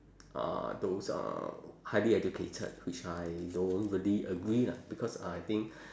uh those uh highly educated which I don't really agree lah because I think